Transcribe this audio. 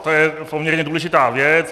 To je poměrně důležitá věc.